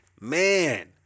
Man